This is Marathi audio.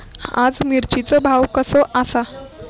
आज मिरचेचो भाव कसो आसा?